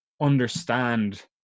understand